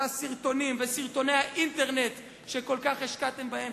הסרטונים וסרטוני האינטרנט שכל כך השקעתם בהם.